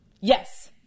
Yes